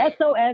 SOS